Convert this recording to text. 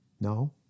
No